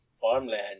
farmland